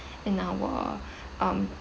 in our um